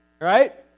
right